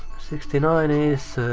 sixty nine is.